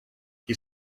qui